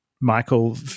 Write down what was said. Michael